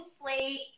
slate